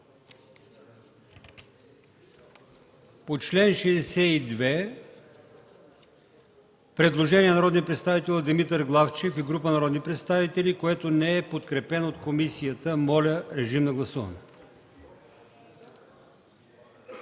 По чл. 62 – предложение на народния представител Димитър Главчев и група народни представители, което не е подкрепено от комисията. Моля, режим на гласуване.